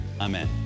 Amen